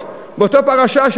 באותה פרשה,